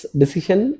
decision